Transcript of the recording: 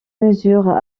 mesures